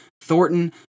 Thornton